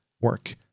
work